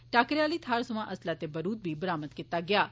टाकरे आली थाह्र थमां असला ते बरूद बी बरामद कीता गेआ ऐ